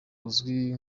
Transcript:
uzwi